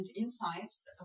insights